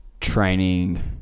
training